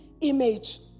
image